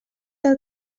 del